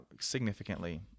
significantly